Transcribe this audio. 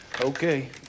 Okay